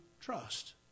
trust